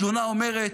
התלונה אומרת: